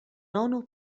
nono